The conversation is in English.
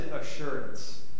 assurance